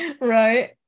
Right